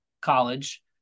college